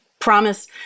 promise